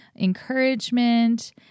encouragement